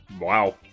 wow